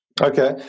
Okay